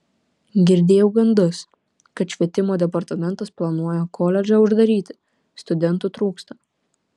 girdėjau gandus kad švietimo departamentas planuoja koledžą uždaryti studentų trūksta